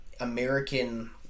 American